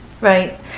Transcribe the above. Right